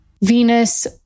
Venus